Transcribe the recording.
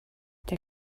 der